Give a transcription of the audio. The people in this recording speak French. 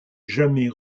jamais